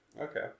Okay